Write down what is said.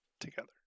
together